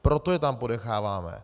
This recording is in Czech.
Proto je tam ponecháváme.